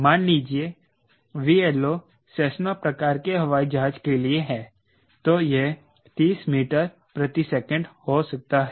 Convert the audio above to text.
मान लीजिए 𝑉LO Cessna प्रकार के हवाई जहाज के लिए हैं तो यह 30 मीटर प्रति सेकंड हो सकता है